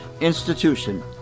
institution